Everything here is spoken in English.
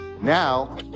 Now